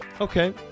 Okay